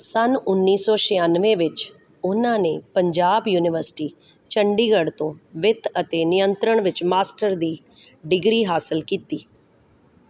ਸੰਨ ਉੱਨੀ ਸੌ ਛਿਆਨਵੇਂ ਵਿੱਚ ਉਹਨਾਂ ਨੇ ਪੰਜਾਬ ਯੂਨੀਵਰਸਿਟੀ ਚੰਡੀਗੜ੍ਹ ਤੋਂ ਵਿੱਤ ਅਤੇ ਨਿਯੰਤਰਣ ਵਿੱਚ ਮਾਸਟਰ ਦੀ ਡਿਗਰੀ ਹਾਸਲ ਕੀਤੀ